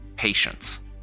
Patience